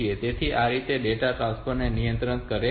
તેથી આ રીતે તે ડેટા ટ્રાન્સફર ને નિયંત્રિત કરે છે